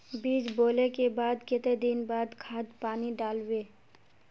बीज बोले के बाद केते दिन बाद खाद पानी दाल वे?